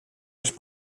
les